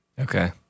Okay